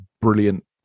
brilliant